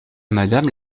madame